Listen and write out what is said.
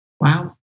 Wow